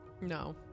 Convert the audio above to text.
No